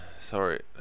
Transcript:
Sorry